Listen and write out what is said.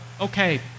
okay